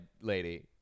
lady